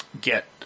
get